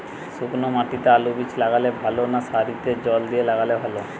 শুক্নো মাটিতে আলুবীজ লাগালে ভালো না সারিতে জল দিয়ে লাগালে ভালো?